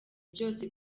byose